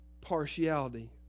partiality